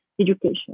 education